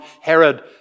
Herod